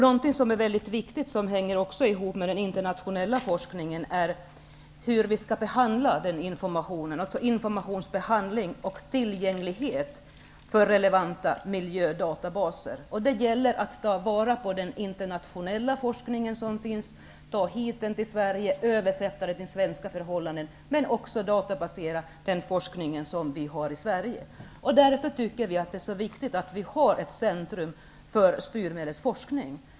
Något som är viktigt och som hänger ihop med den internationella forskningen är hur vi skall behandla informationen, dvs. informationsbehandling och tillgängligheten för relevanta miljödatabaser. Det gäller att ta vara på den internationella forskningen, föra över resultaten till Sverige och översätta dem till svenska förhållanden, men också att få resultaten av den svenska forskningen att bli tillgänglig i databaser. Därför tycker vi att det är viktigt med ett centrum för att styra forskningen.